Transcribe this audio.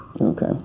Okay